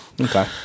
Okay